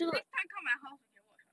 next time come my house we should watch lah